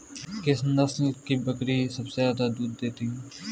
किस नस्ल की बकरी सबसे ज्यादा दूध देती है?